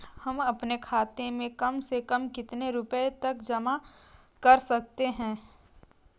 हम अपने खाते में कम से कम कितने रुपये तक जमा कर सकते हैं?